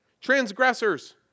transgressors